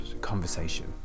conversation